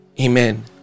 Amen